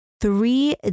three